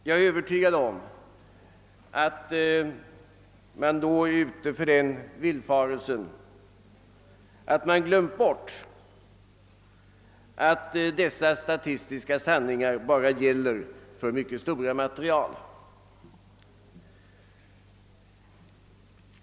Jag är övertygad om att man då glömt bort att dessa statistiska sanningar bara gäller för mycket stora material.